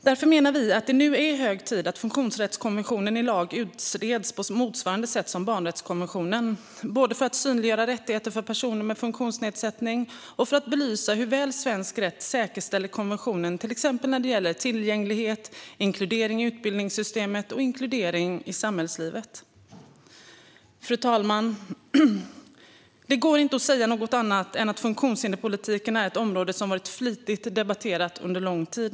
Därför menar vi att det nu är hög tid att funktionsrättskonventionen som lag utreds på motsvarande sätt som barnrättskonventionen, både för att synliggöra rättigheter för personer med funktionsnedsättning och för att belysa hur väl svensk rätt säkerställer konventionen till exempel när det gäller tillgänglighet, inkludering i utbildningssystemet och inkludering i samhällslivet. Fru talman! Det går inte att säga något annat än att funktionshinderspolitiken är ett område som varit flitigt debatterat under lång tid.